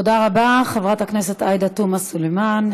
תודה רבה, חברת הכנסת עאידה תומא סלימאן.